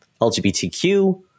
LGBTQ